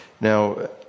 Now